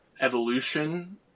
evolution